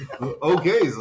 Okay